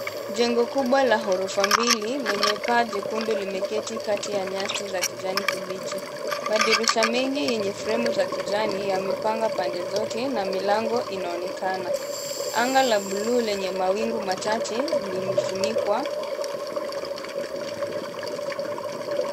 Jengo kubwa la ghorofa mbili lenye paa jekundu limeketi kati ya nyasi za kijani kibichi. Madirisha mengi yenye fremu za kijani yamepangwa pande zote na milango inaonekana . Anga la bluu lenye mawingu machache limefunikwa.